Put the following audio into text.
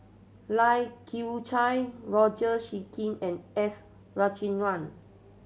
Lai Kew Chai Roger and S